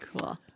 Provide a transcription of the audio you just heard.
Cool